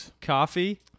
coffee